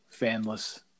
fanless